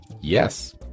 Yes